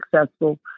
successful